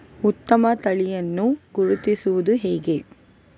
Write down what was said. ಉತ್ತಮ ತಳಿಯನ್ನು ಗುರುತಿಸುವುದು ಹೇಗೆ?